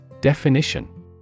Definition